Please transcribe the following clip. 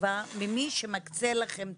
תשובה ממי שמקצה לכם תקציבים,